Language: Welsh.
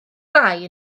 rai